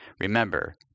Remember